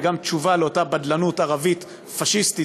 וגם תשובה לאותה בדלנות ערבית פאשיסטית,